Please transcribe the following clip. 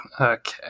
okay